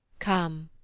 come,